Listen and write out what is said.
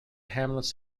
hamlets